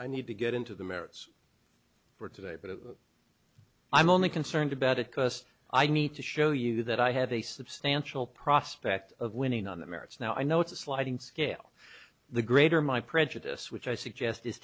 i need to get into the merits for today but it i'm only concerned about it because i need to show you that i have a substantial prospect of winning on the merits now i know it's a sliding scale the greater my prejudice which i suggest is